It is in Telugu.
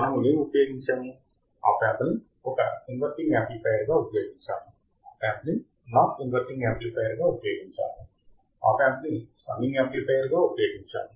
మనము ఏమి ఉపయోగించాము ఆప్ యాంప్ ని ఒక ఇన్వర్టింగ్ యామ్ప్లిఫయర్ గా ఉపయోగించాము ఆప్ యాంప్ ని నాన్ ఇన్వర్టింగ్ యామ్ప్లిఫయర్ గా ఉపయోగించాము ఆప్ యాంప్ ని సమ్మింగ్ యామ్ప్లిఫయర్ గా ఉపయోగించాము